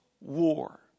war